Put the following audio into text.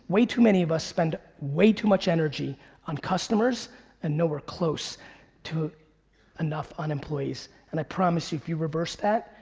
way too many of us spend way too much energy on customers and nowhere close to enough on employees. and i promise you, if you reverse that,